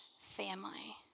family